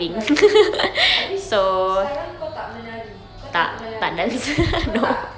vibing habis sekarang kau tak menari kau tak nak menari kau tak